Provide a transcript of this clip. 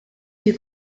you